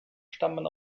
stammen